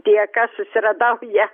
dėka susiradau ją